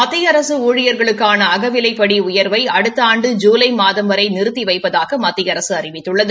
மத்திய அரசு ஊழியர்களுக்கான அகவிலைப்படி உயர்வை அடுத்த ஆண்டு ஜூலை மாதம் வரை நிறுத்தி வைப்பதாக மத்திய அரசு அறிவித்துள்ளது